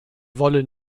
wollen